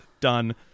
done